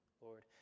Lord